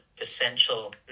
essential